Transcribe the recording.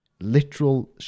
Literal